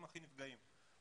הם הנפגעים ביותר.